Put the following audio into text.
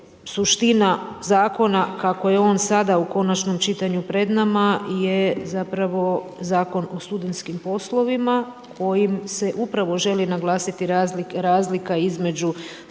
suština zakona kako je on sada u konačnom čitanju pred nama je zapravo Zakon o studentskim poslovima kojim se upravo želi naglasiti razlika između studentskih